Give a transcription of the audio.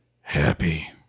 happy